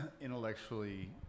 intellectually